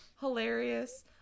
Hilarious